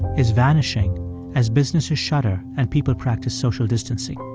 is vanishing as businesses shutter and people practice social distancing.